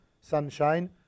sunshine